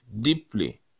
deeply